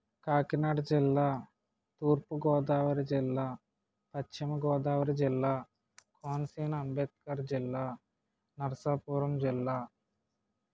కాకినాడ జిల్లా తూర్పుగోదావరి జిల్లా పశ్చిమగోదావరి జిల్లా కోనసీమ అంబేద్కర్ జిల్లా నరసాపురం జిల్లా